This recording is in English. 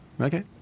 Okay